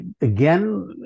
again